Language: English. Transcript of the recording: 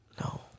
No